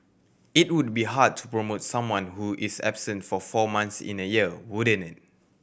it would be hard to promote someone who is absent for four months in a year wouldn't it